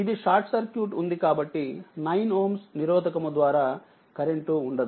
ఇది short circuit ఉందికాబట్టి 9Ω నిరోధకము ద్వారా కరెంట్ ఉండదు